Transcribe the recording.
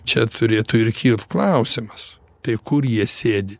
čia turėtų ir kilt klausimas tai kur jie sėdi